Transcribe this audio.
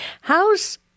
How's